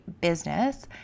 business